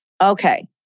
Okay